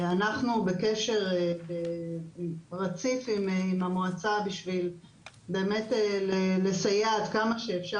אנחנו בקשר רציף עם המועצה כדי לסייע עד כמה שאפשר.